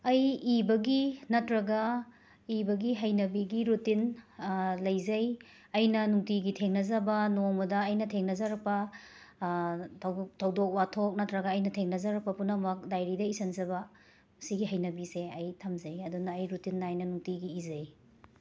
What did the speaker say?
ꯑꯩ ꯏꯕꯒꯤ ꯅꯠꯇ꯭ꯔꯒ ꯏꯕꯒꯤ ꯍꯩꯅꯕꯤꯒꯤ ꯔꯨꯇꯤꯟ ꯂꯩꯖꯩ ꯑꯩꯅ ꯅꯨꯡꯇꯤꯒꯤ ꯊꯦꯡꯅꯖꯕ ꯅꯣꯡꯃꯗ ꯑꯩꯅ ꯊꯦꯡꯅꯖꯔꯛꯄ ꯊꯧꯗꯣꯛ ꯊꯧꯗꯣꯛ ꯋꯥꯊꯣꯛ ꯅꯠꯇ꯭ꯔꯒ ꯑꯩꯅ ꯊꯦꯡꯅꯖꯔꯛꯄ ꯄꯨꯅꯃꯛ ꯗꯥꯏꯔꯤꯗ ꯏꯁꯤꯟꯖꯕ ꯁꯤꯒꯤ ꯍꯩꯅꯕꯤꯁꯦ ꯑꯩ ꯊꯝꯖꯩ ꯑꯗꯨꯅ ꯑꯩ ꯔꯨꯇꯤꯟ ꯅꯥꯏꯅ ꯅꯨꯡꯇꯤꯒꯤ ꯏꯖꯩ